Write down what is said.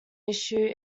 issue